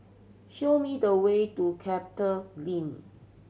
show me the way to CapitaGreen